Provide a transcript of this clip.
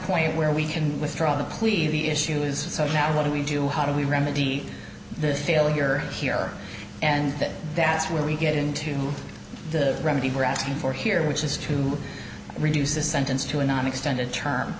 point where we can withdraw the pleas of the issue is so now what do we do how do we remedy the failure here and that that's where we get into the remedy we're asking for here which is to reduce the sentence to a not extended term